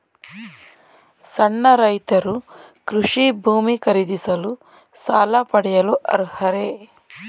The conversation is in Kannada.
ಸಣ್ಣ ರೈತರು ಕೃಷಿ ಭೂಮಿ ಖರೀದಿಸಲು ಸಾಲ ಪಡೆಯಲು ಅರ್ಹರೇ?